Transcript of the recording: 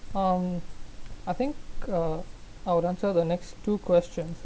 um I think uh I would answer the next two questions